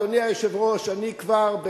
אדוני היושב-ראש, אני כבר,